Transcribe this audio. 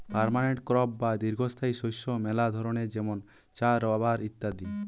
permanent crop বা দীর্ঘস্থায়ী শস্য মেলা ধরণের যেমন চা, রাবার ইত্যাদি